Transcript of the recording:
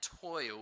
toil